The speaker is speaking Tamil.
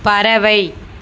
பறவை